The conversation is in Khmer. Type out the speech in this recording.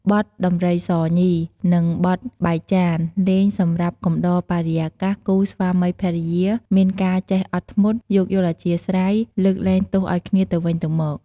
បទដំរីសញី និង បទបែកចាន លេងសម្រាប់កំដរបរិយាកាស គូសាម្វីភរិយាមានការចេះអត់ធ្មត់ យោគយល់អធ្យាស្រ័យ លើកលែងទោសឱ្យគ្នាទៅវិញទៅមក។